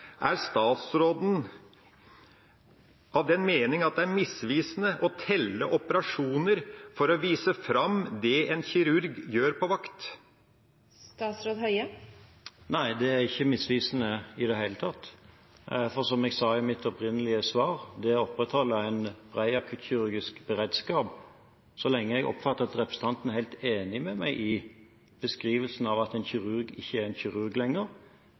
Er statsråden av den mening at det er misvisende å telle operasjoner for å vise fram det en kirurg gjør på vakt? Nei, det er ikke misvisende i det hele tatt, for som jeg sa i mitt opprinnelige svar: Det er å opprettholde en bred akuttkirurgisk beredskap – så lenge jeg oppfattet at representanten er helt enig med meg i beskrivelsen av at en kirurg ikke er én type kirurg lenger.